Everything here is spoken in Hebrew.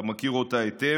אתה מכיר אותה היטב,